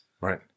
Right